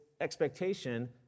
expectation